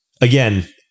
Again